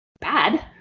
bad